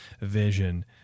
vision